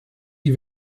die